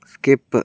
skip